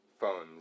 phones